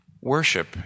Worship